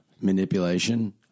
manipulation